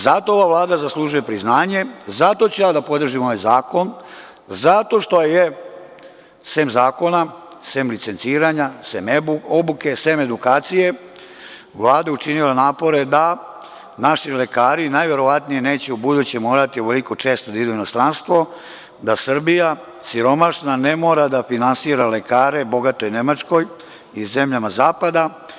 Zato ova Vlada zaslužuje priznanje, zato ću ja da podržim ovaj zakon, zato što je sem zakona, sem licenciranja, sem obuke, sem edukacije, Vlada učinila napore da naši lekari najverovatnije neće ubuduće morati ovako često da idu u inostranstvo, da Srbija siromašna ne mora da finansira lekare bogatoj Nemačkoj i zemljama zapada.